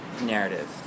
narrative